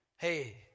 Hey